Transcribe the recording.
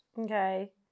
Okay